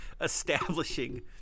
establishing